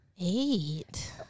eight